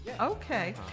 Okay